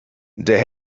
der